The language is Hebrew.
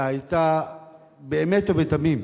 אלא היתה באמת ובתמים,